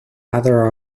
other